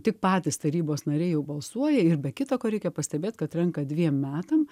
tik patys tarybos nariai jau balsuoja ir be kita ko reikia pastebėt kad renka dviem metam